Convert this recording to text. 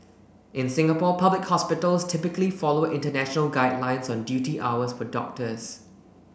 in Singapore public hospitals typically follow international guidelines on duty hours for doctors